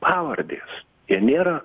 pavardės jie nėra